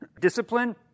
discipline